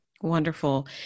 Wonderful